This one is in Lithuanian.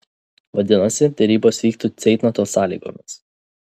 vadinasi derybos vyktų ceitnoto sąlygomis